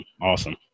Awesome